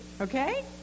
okay